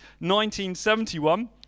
1971